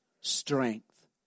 strength